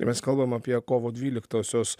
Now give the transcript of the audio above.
mes kalbame apie kovo dvyliktosios